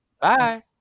Bye